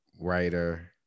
writer